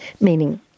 meaning